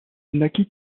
naquit